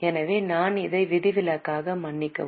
எனவே நான் இதை விதிவிலக்கான மன்னிக்கவும்